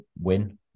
win